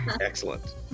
Excellent